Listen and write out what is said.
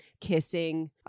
kissing